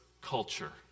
culture